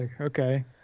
okay